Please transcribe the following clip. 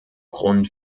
grund